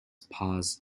paz